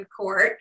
court